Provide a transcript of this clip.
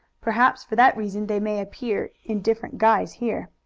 perhaps for that reason they may appear in different guise here.